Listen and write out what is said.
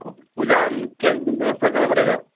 पूजा क्या व्यवस्था करना पड़ेगा